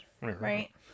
right